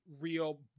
real